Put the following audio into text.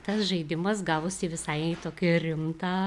tas žaidimas gavos į visai tokį rimtą